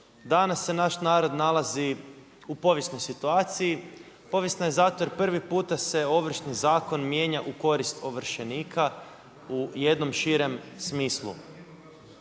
Danas se naš narod nalazi u povijesnoj situaciji, povijesnoj zato jer prvi puta se Ovršni zakon mijenja u korist ovršenika u jednom širem smislu.